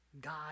God